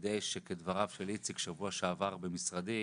כדי שכדבריו של איציק בשבוע שעבר במשרדי,